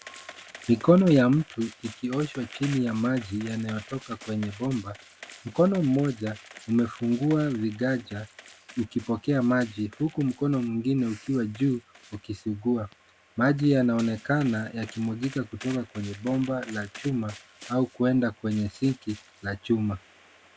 Mikono ya mtu ikioshwa chini ya maji yanayotoka kwenye bomba. Mkono mmoja umefungua viganja ukipokea maji uku mkono mwingine ukiwa juu ukisugua. Maji yanaonekana yakimwagika kutoka kwenye bomba la chuma au kueda kwenye sinki la chuma.